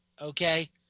okay